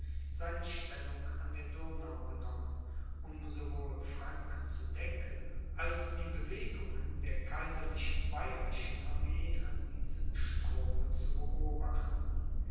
seine stellung an der donau genommen um sowohl franken zu decken als die bewegungen der kaiserlich bayerischen armee an diesem strome zu beobachten